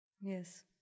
Yes